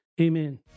Amen